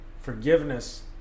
forgiveness